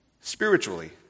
spiritually